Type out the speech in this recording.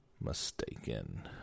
mistaken